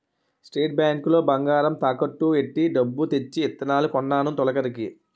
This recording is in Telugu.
స్టేట్ బ్యాంకు లో బంగారం తాకట్టు ఎట్టి డబ్బు తెచ్చి ఇత్తనాలు కొన్నాను తొలకరికి